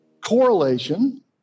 correlation